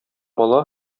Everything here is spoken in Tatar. бала